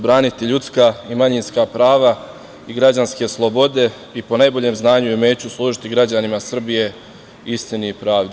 Braniti ljudska i manjinska prava i građanske slobode i po najboljem znanju i umeću služiti građanima Srbije istini i pravdi.